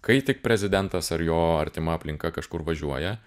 kai tik prezidentas ar jo artima aplinka kažkur važiuoja